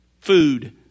food